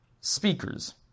speakers